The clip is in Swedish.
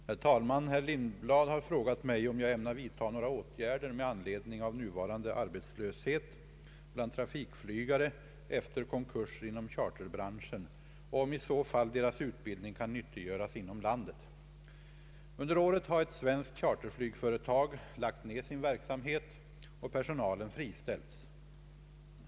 Herr talman! Herr Lindblad har frågat mig om jag ämnar vidta några åtgärder med anledning av nuvarande arbetslöshet bland trafikflygare efter konkurser inom charterbranschen och om i så fall deras utbildning kan nyttiggöras inom landet. flygföretag lagt ned sin verksamhet och personalen friställts.